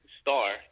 star